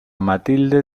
matilde